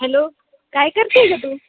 hello काय करते आहे ग तू